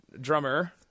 drummer